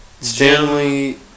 Stanley